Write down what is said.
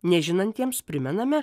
nežinantiems primename